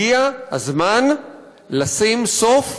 הגיע הזמן לשים סוף